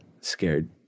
scared